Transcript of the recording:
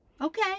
okay